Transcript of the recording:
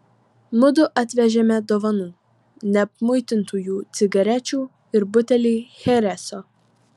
mudu atvežėme dovanų neapmuitintųjų cigarečių ir butelį chereso